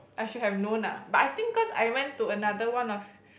I should have known ah but I think cause I went to another one of